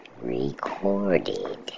recorded